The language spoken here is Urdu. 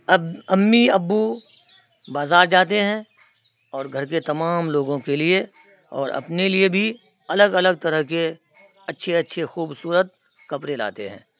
اب امی ابو بازار جاتے ہیں اور گھر کے تمام لوگوں کے لیے اور اپنے لیے بھی الگ الگ طرح کے اچھے اچھے خوبصورت کپڑے لاتے ہیں